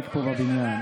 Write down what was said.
ותיק מאוד בבניין,